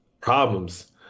problems